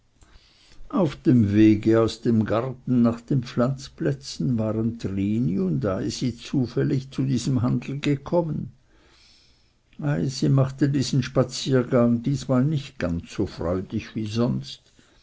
auf dem wege aus dem garten nach den pflanzplätzen waren trini und eisi zufällig zu diesem handel gekommen eisi machte diesen spaziergang diesmal nicht ganz so freudig wie sonst